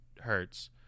hertz